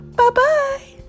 Bye-bye